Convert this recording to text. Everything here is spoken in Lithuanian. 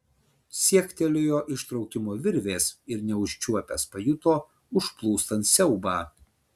siektelėjo ištraukimo virvės ir neužčiuopęs pajuto užplūstant siaubą